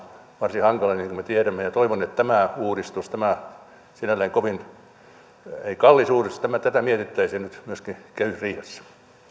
varsin hankala niin kuin me tiedämme toivon että tätä uudistusta sinällään ei kovin kallista uudistusta mietittäisiin nyt myöskin kehysriihessä